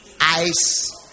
ice